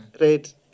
right